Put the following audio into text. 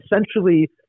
essentially